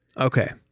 Okay